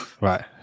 Right